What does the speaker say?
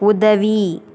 உதவி